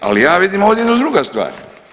E ali ja vidim ovdje jednu drugu stvar.